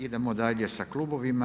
Idemo dalje sa klubovima.